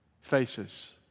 Faces